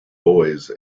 boys